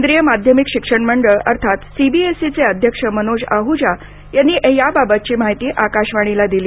केंद्रीय माध्यमिक शिक्षण मंडळ अर्थात सीबीएसईचे अध्यक्ष मनोज आह्जा यांनी या बाबतची माहिती आकाशवाणीला दिली